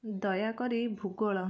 ଦୟାକରି ଭୂଗୋଳ